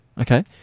Okay